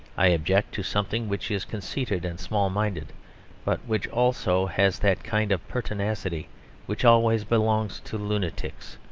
i object to something which is conceited and small-minded but which also has that kind of pertinacity which always belongs to lunatics.